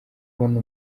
kubona